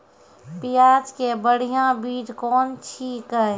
प्याज के बढ़िया बीज कौन छिकै?